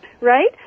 right